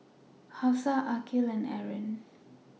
Hafsa Aqil and Aaron